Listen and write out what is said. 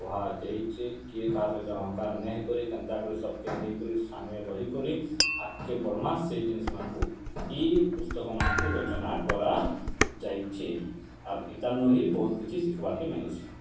କୁହାଯାଇଛେ କିଏ କାହା ସହିତ ଅହଙ୍କାର୍ ନାଇଁ ହେଇକରି କେନ୍ତା କରି ସବକେ ନେଇକରି ସାଙ୍ଗେ ରହିକରି ଆଗକେ ବଢ଼ମା ସେଇ ଜିନିଷମାନଙ୍କୁ ଏଇ ପୁସ୍ତକ୍ମାନଙ୍କୁ ରଚନା କରାଯାଇଛେ ଆର୍ ଏଟା ନୁ ହିଁ ବହୁତ୍ କିଛି ଶିଖବାର୍କେ ମିଲସି